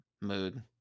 mood